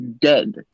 dead